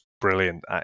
brilliant